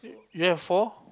you have four